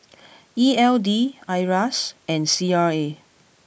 E L D Iras and C R A